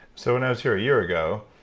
so when i was here a year ago,